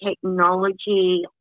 technology